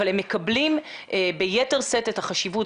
אבל הם מקבלים ביתר שאת את החשיבות,